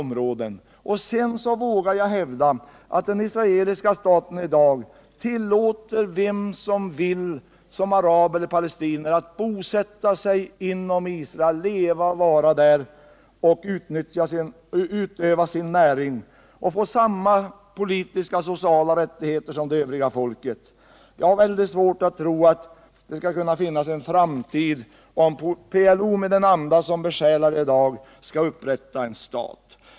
Sedan vågar jag också hävda att den israeliska staten i dag tillåter den som vill — palestinier eller araber — att bosätta sig inom Israel, att leva och bo där och att utöva sin näring samt att då erhålla samma sociala och politiska rättigheter som övriga invånare. Jag har mycket svårt att tro att det kan finnas en framtid för Israel, om PLO — med den anda som där råder i dag — skall upprätta en stat.